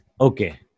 okay